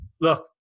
look